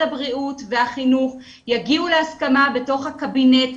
הבריאות והחינוך יגיעו להסכמה בתוך הקבינט,